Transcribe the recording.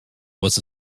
was